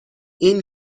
این